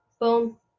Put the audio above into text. Boom